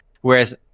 Whereas